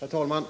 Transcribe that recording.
Herr talman!